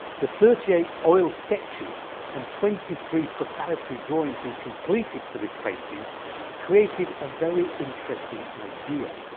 the thirty eight oil sketches and twenty three preparatory drawings he completed for this painting created a very interesting idea,